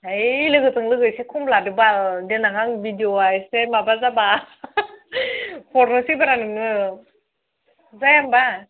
है लोगोजों लोगो इसे खम लादो बाल देनां आं भिदिय'आ इसे माबा जाबा हरनोसैब्रा नोंनो जाया होनबा